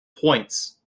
points